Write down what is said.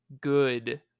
good